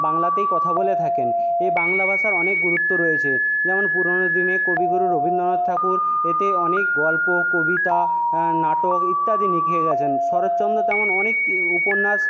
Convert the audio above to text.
বাংলাতেই কথা বলে থাকেন এই বাংলা ভাষার অনেক গুরুত্ব রয়েছে যেমন পুরনো দিনে কবিগুরু রবীন্দ্রনাথ ঠাকুর এতে অনেক গল্প কবিতা নাটক ইত্যাদি নিখে গেছেন শরৎচন্দ্র তেমন অনেক উপন্যাস